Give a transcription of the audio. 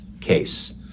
case